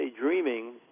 dreaming